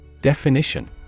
Definition